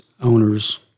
owners –